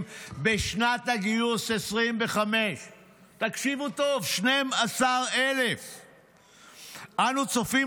בשנת הגיוס 2025. תקשיבו טוב: 12,000. אנו צופים